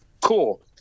Cool